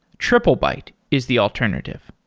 triplebyte is the alternative.